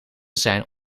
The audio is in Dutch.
zijn